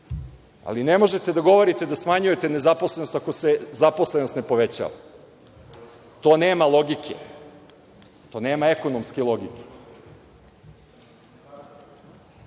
ali ne možete da govorite da smanjujete nezaposlenost ako se zaposlenost ne povećava. To nema logike, to nema ekonomske logike.